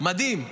מדהים.